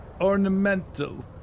ornamental